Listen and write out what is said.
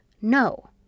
No